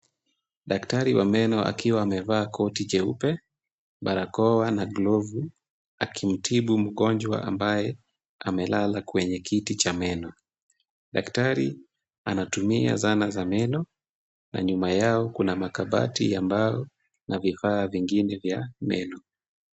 Daktari wa meno akiwa amevaa koti jeupe, barakoa na glovu akimtibu mgonjwa ambaye amelala kwenye kiti cha meno. Daktari anatumia zana za meno, na nyuma yao kuna makabati ya mbao na vifaa vingine vya meno.